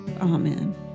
Amen